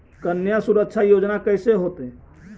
कन्या सुरक्षा योजना कैसे होतै?